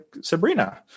Sabrina